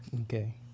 Okay